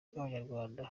bw’abanyarwanda